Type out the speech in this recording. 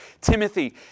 Timothy